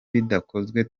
bidakozwe